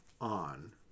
on